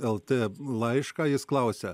lt laišką jis klausia